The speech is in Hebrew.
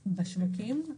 בשווקים?